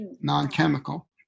Non-chemical